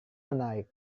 menarik